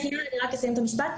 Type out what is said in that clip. יש בעיה, אני רק אסיים את המשפט.